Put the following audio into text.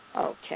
Okay